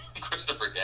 Christopher